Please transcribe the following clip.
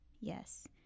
Yes